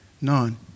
None